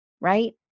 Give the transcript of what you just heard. Right